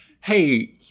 Hey